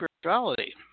spirituality